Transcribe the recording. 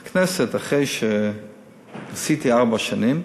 בכנסת, אחרי שעשיתי ארבע שנים,